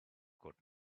got